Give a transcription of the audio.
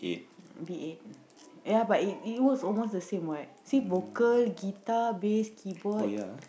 the eighth ya but it it works almost the same what see vocal guitar bass keyboard